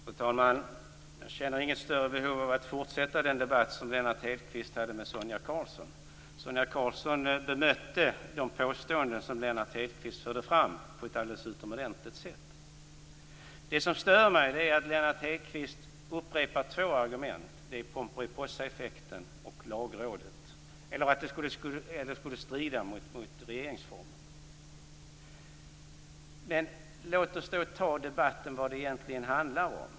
Fru talman! Jag känner inget större behov av att fortsätta den debatt som Lennart Hedquist hade med Sonia Karlsson. Sonia Karlsson bemötte de påståenden som Lennart Hedquist förde fram på ett alldeles utomordentligt sätt. Det som stör mig är att Lennart Hedquist upprepar två argument, Pomeripossaeffekten och att det skulle strida mot regeringsformen. Låt oss ta debatten om vad det egentligen handlar om.